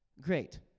great